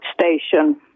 station